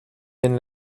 den